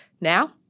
Now